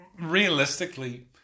realistically